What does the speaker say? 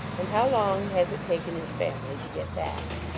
and how long has it taken his family to get back?